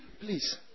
Please